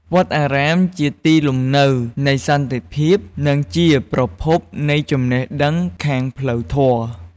វត្តអារាមជាទីលំនៅនៃសន្តិភាព និងជាប្រភពនៃចំណេះដឹងខាងផ្លូវធម៌។